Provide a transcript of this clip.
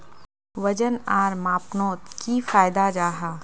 वजन आर मापनोत की फायदा जाहा?